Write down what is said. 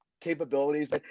capabilities